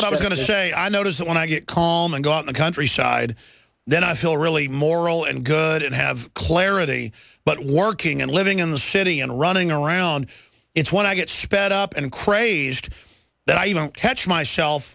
what i was going to say i notice that when i get calm and go in the countryside then i feel really moral and good and have clarity but working and living in the city and running around it's when i get sped up and crazed that i don't catch myself